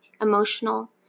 emotional